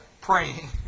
praying